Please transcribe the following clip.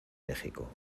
méxico